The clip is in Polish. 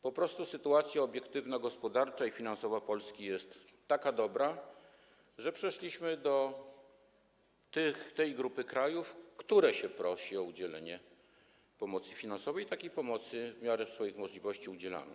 Po prostu sytuacja obiektywna gospodarcza i finansowa Polski jest taka dobra, że przeszliśmy do grupy tych krajów, które się prosi o udzielenie pomocy finansowej, i takiej pomocy w miarę swoich możliwości udzielamy.